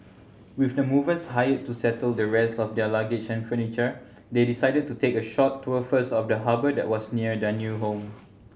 with the movers hired to settle the rest of their luggage and furniture they decided to take a short tour first of the harbour that was near their new home